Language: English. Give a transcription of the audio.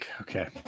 Okay